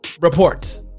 report